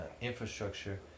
Infrastructure